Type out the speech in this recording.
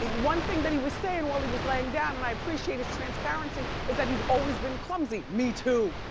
one thing that he was saying while he was laying down, and i appreciate his transparency, is that he's always been clumsy. me too.